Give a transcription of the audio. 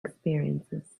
experiences